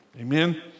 Amen